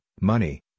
money